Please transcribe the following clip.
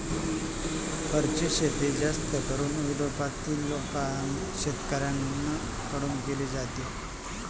फरची शेती जास्त करून युरोपातील शेतकऱ्यांन कडून केली जाते